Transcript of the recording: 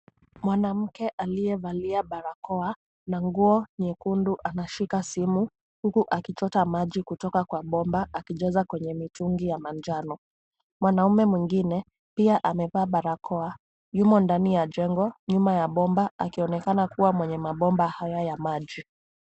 Mwanamke aliyevalia barakoa na nguo nyekundu anashika simu huku akichota maji kutoka kwa bomba akijaza kwenye mitungi ya manjano. Mwanaume mwingine pia amevaa barakoa, yumo ndani ya jengo nyuma ya bomba akionekana kuwa mwenye mabomba haya ya maji.